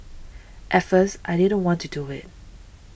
at first I didn't want to do it